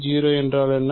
0 என்றால் என்ன